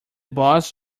boss